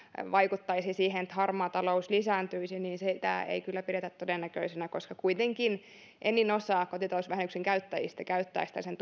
vaikuttaisi siihen että harmaa talous lisääntyisi niin sitä ei kyllä pidetä todennäköisenä koska kuitenkin enin osa kotitalousvähennyksen käyttäjistä käyttää sitä sen